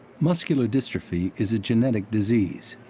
muscular dystrophy is a genetic disease.